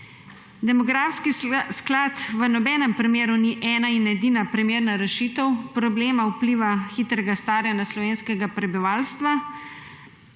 Demografski sklad v nobenem primeru ni ena in edina primerna rešitev problema vpliva hitrega staranja slovenskega prebivalstva,